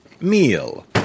Meal